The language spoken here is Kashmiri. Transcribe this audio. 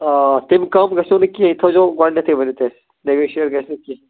آ تَمہِ کَم گژھٮ۪و نہٕ کیٚنٛہہ یہِ تھٲوزیٚو گۄڈٕنٮ۪تھٕے ؤنِتھ اَسہِ نیگوشیٹ گژھِ نہٕ کِہیٖنٛۍ